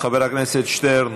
חבר הכנסת שטרן,